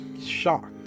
shocked